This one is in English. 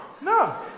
no